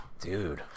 Dude